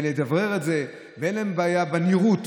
בלדברר את זה ואין להם בעיה בנראות.